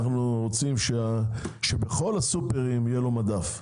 אנחנו רוצים שבכל הסופרים יהיה לו מדפים.